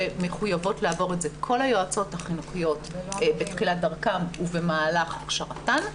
שמחויבות לעבור את זה כל היועצות החינוכיות בתחילת דרכן ובמהלך הכשרתן,